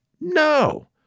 no